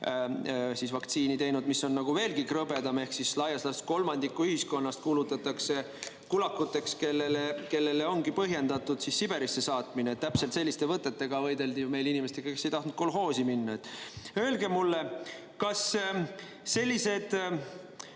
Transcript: ole vaktsiini teinud. See on veelgi krõbedam. Ehk siis laias laastus kolmandik ühiskonnast kuulutatakse kulakuteks, kelle puhul ongi põhjendatud Siberisse saatmine. Täpselt selliste võtetega võideldi meil inimestega, kes ei tahtnud kolhoosi minna. Öelge mulle, kas sellised